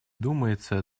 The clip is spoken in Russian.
думается